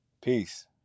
peace